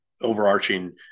overarching